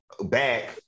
back